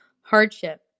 hardship